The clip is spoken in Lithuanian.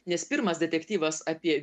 nes pirmas detektyvas apie